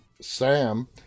Sam